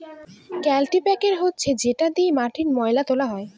কাল্টিপ্যাকের হচ্ছে যেটা দিয়ে মাটির ময়লা তোলা হয়